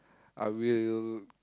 I will